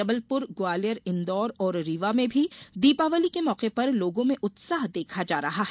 जबलपुर ग्वालियर इंदौर और रीवा में भी दीपावली के मौके पर लोगों में उत्साह देखा जा रहा है